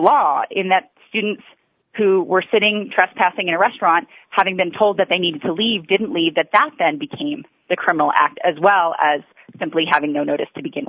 law in that students who were sitting trespassing in a restaurant having been told that they needed to leave didn't leave that that then became the criminal act as well as simply having no notice to begin